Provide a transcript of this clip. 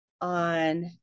on